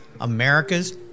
America's